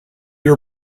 were